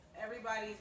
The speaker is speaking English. everybody's